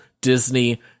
Disney